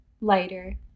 lighter